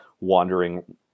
wandering